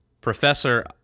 professor